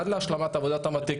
עד להשלמת עבודת המטה,